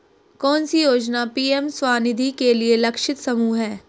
कौन सी योजना पी.एम स्वानिधि के लिए लक्षित समूह है?